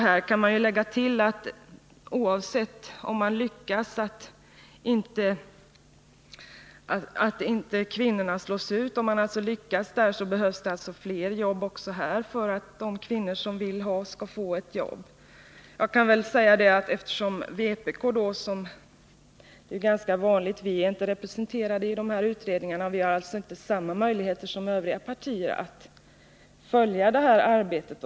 Det kan tilläggas att om man lyckas förhindra att kvinnorna slås ut så behövs det fler jobb för att de kvinnor som vill ha jobb skall få det. Vänsterpartiet kommunisterna är inte — och detta är ganska vanligt — representerade i dessa utredningar, och vi har därför inte samma möjligheter som övriga partier att följa arbetet.